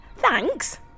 Thanks